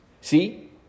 See